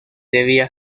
debía